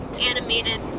animated